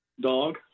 Dog